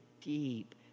deep